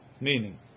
Meaning